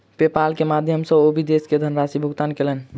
PayPal के माध्यम सॅ ओ विदेश मे धनराशि भुगतान कयलैन